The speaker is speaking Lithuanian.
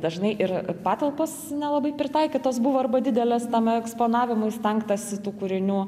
dažnai ir patalpos nelabai pritaikytos buvo arba didelės tam eksponavimui stengtasi tų kūrinių